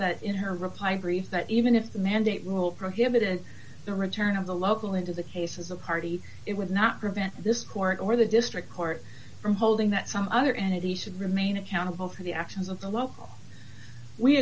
that in her reply brief that even if the mandate will prohibit the return of the local into the case as a party it would not prevent this court or the district court from holding that some other entity should remain accountable for the actions of the local we